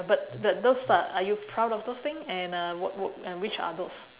but but those are are you proud of those thing and uh what work and which are those